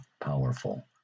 powerful